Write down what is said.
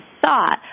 thought